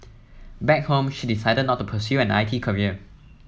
back home she decided not to pursue an I T career